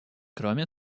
кроме